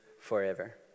forever